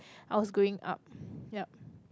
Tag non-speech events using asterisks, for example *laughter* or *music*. I was growing up *breath* yup